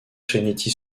trinity